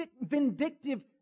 vindictive